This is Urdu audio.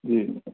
جی